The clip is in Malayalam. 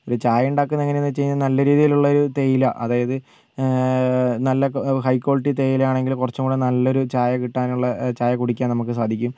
ഒരു ചായയുണ്ടാക്കുന്നത് എങ്ങനെന്ന് വെച്ച് കഴിഞ്ഞാൽ നല്ല രീതിയിലുള്ളൊരു തേയില അതായത് നല്ല ഹൈ ക്വാളിറ്റി തേയിലയാണെങ്കിൽ കുറച്ചുംകൂടെ നല്ലൊരു ചായ കിട്ടാനുള്ള ചായ കുടിക്കാൻ നമുക്ക് സാധിക്കും